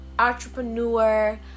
Entrepreneur